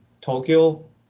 Tokyo